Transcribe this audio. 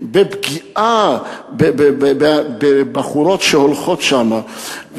בפגיעה בבחורות שהולכות שם,